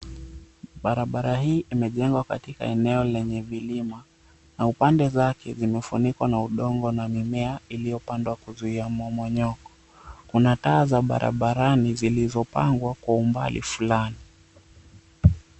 Barabara hii imejengwa katika eneo lenye vilima na upande zake zimefunikwa na udongo na mimea iliyopandwa kuzuia mmomonyoko. Kuna taa za barabarani zilizopangwa kwa umbali fulani.